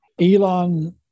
Elon